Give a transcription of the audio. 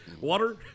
Water